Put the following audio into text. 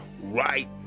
right